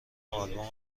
آلبوم